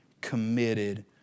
committed